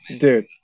Dude